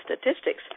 statistics